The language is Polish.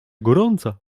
gorąca